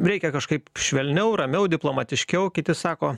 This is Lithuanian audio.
reikia kažkaip švelniau ramiau diplomatiškiau kiti sako